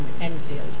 Enfield